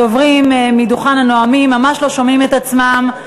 הדוברים מדוכן הנואמים ממש לא שומעים את עצמם,